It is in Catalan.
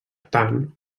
tant